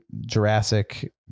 jurassic